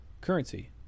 currency